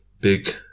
big